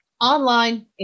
Online